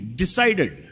decided